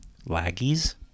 Laggies